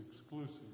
exclusive